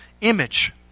image